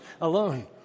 alone